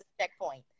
Checkpoint